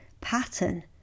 pattern